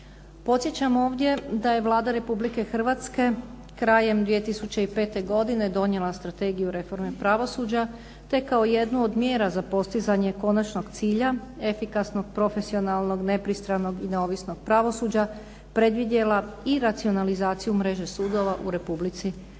Podsjećam ovdje da je Vlada Republike Hrvatske krajem 2005. godine donijela Strategiju reforme pravosuđa tek kao jednu od mjera za postizanje konačnog cilja efikasnog, profesionalnog, nepristranog i neovisnog pravosuđa predvidjela i racionalizaciju mreže sudova u Republici Hrvatskoj.